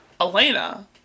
Elena